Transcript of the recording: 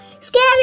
scary